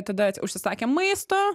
tada užsisakėm maisto